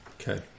okay